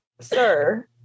sir